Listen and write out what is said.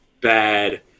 bad